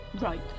Right